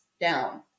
down